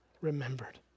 remembered